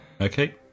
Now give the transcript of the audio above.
Okay